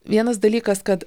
vienas dalykas kad